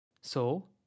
So